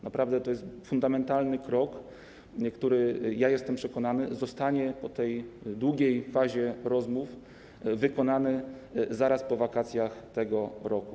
Naprawdę to jest fundamentalny krok, który - jestem przekonany - zostanie po tej długiej fazie rozmów wykonany zaraz po wakacjach w tym roku.